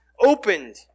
opened